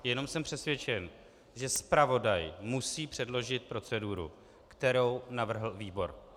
Jenom jsem přesvědčen, že zpravodaj musí předložit proceduru, kterou navrhl výbor.